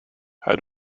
how